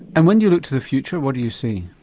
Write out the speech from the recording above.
and when you look to the future what do you see?